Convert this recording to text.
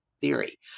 theory